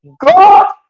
god